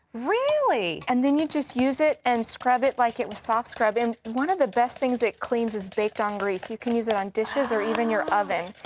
really and then you just use it and scrub it like it was soft scrub. and one of the best things it cleans is baked-on grease. you can use it on dishes, or even your oven,